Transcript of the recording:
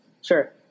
Sure